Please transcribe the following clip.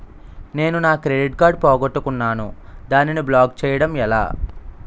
నేను నా credit card పోగొట్టుకున్నాను దానిని బ్లాక్ చేయడం ఎలా?